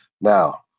Now